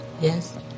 Yes